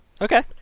Okay